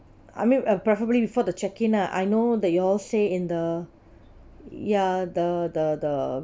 I mean I preferably before the check in ah I know that you all say in the ya the the the